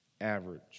average